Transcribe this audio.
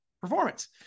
performance